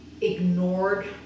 ignored